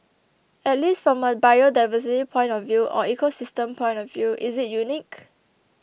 at least from a biodiversity point of view or ecosystem point of view is it unique